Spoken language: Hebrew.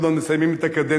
עוד מעט מסיימים את הקדנציה,